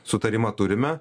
sutarimą turime